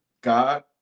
God